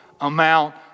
amount